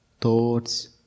thoughts